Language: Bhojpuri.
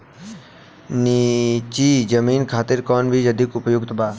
नीची जमीन खातिर कौन बीज अधिक उपयुक्त बा?